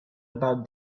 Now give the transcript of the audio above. about